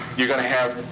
you're gonna have,